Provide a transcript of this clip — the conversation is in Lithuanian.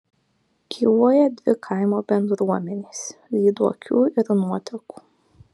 gyvuoja dvi kaimo bendruomenės lyduokių ir nuotekų